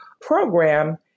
program